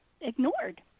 ignored